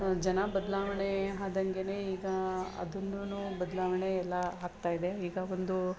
ಜನ ಬದಲಾವಣೆ ಆದಂಗೆಯೇ ಈಗ ಅದನ್ನೂ ಬದಲಾವಣೆ ಎಲ್ಲ ಆಗ್ತಾಯಿದೆ ಈಗ ಒಂದು